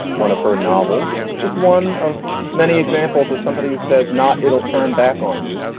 one of her novels, just one of many examples is somebody who says not it'll turn back on you,